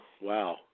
Wow